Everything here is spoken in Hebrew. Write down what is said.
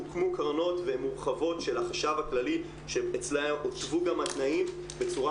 הוקמו קרנות והן מורחבות של החשב הכללי שהוצבו גם התנאים בצורה